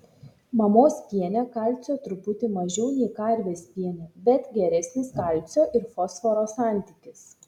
mamos piene kalcio truputį mažiau nei karvės piene bet geresnis kalcio ir fosforo santykis